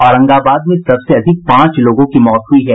औरंगाबाद में सबसे अधिक पांच लोगों की मौत हुई है